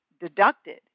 deducted